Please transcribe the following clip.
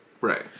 Right